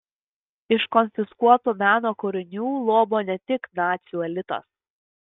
iš konfiskuotų meno kūrinių lobo ne tik nacių elitas